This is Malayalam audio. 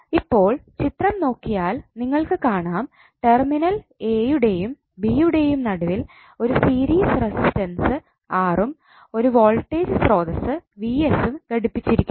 ഇപ്പോൾ ചിത്രം നോക്കിയാൽ നിങ്ങൾക്ക് കാണാം ടെർമിനൽ a യുടെയും b യുടെയും നടുവിൽ ഒരു സീരീസ് റെസിസ്റ്റൻസ് R ഉം ഒരു വോൾട്ടേജ് സ്രോതസ്സ് ഉം ഘടിപ്പിച്ചിരിക്കുന്നത്